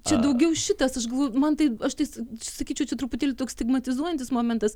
čia daugiau šitas aš galvoju man tai aš tai sakyčiau čia truputėlį toks stigmatizuojantis momentas